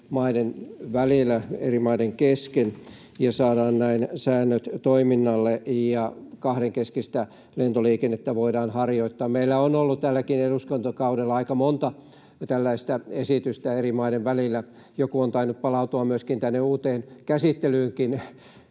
eri maiden välillä, eri maiden kesken, ja saadaan näin säännöt toiminnalle ja kahdenkeskistä lentoliikennettä voidaan harjoittaa. Meillä on ollut tälläkin eduskuntakaudella aika monta tällaista esitystä eri maiden välillä. Joku on tainnut palautua tänne uuteen käsittelyynkin